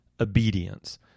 obedience